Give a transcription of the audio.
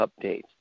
updates